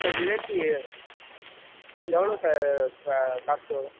sir rate எவ்வளோ sir கா cost வரும்